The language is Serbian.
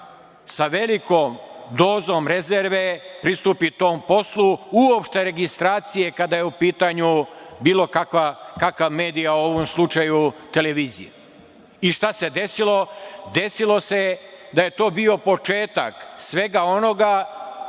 sa velikom dozom rezerve pristupi tom poslu, uopšte registracije kada je u pitanju bilo kakav medij, a u ovom slučaju televizija. Šta se desilo? Desilo se da je to bio početak svega onoga